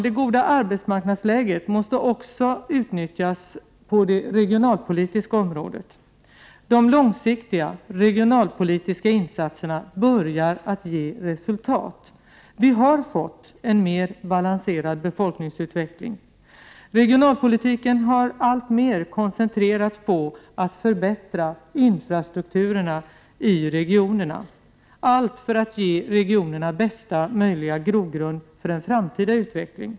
Det goda arbetsmarknadsläget måste också utnyttjas på det regionalpolitiska området. De långsiktiga regionalpolitiska insatserna börjar att ge resultat. Vi har fått en mer balanserad befolkningsutveckling. Regionalpolitiken har alltmer koncentrerats på att förbättra infrastrukturerna i regionerna, allt för att ge regionerna bästa möjliga grogrund för en framtida utveckling.